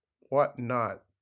whatnot